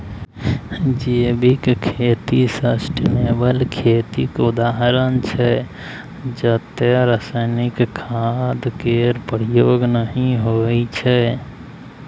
जैविक खेती सस्टेनेबल खेतीक उदाहरण छै जतय रासायनिक खाद केर प्रयोग नहि होइ छै